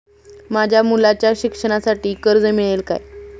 माझ्या मुलाच्या शिक्षणासाठी कर्ज मिळेल काय?